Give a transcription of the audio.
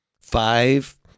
five